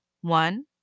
One